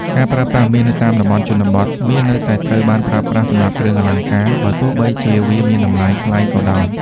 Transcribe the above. ការប្រើប្រាស់មាសនៅតាមតំបន់ជនបទ មាសនៅតែត្រូវបានប្រើប្រាស់សម្រាប់គ្រឿងអលង្ការ បើទោះបីជាវាមានតម្លៃថ្លៃក៏ដោយ។